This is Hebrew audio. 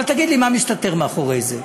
אבל תגיד לי, מה מסתתר מאחורי זה?